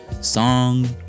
song